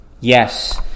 Yes